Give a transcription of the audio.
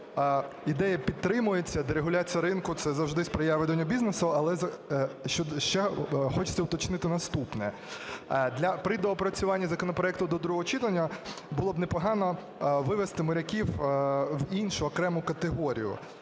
ідея підтримується. Дерегуляція ринку – це завжди сприяє веденню бізнесу. Але ще хочеться уточнити наступне. При доопрацюванні законопроекту до другого читання було б непогано вивести моряків в іншу, окрему категорію.